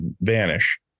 Vanish